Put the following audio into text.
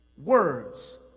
Words